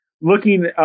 looking